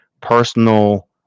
personal